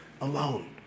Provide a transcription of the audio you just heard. alone